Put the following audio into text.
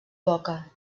boca